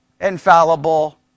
Infallible